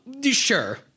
sure